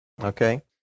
Okay